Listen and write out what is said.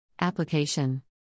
Application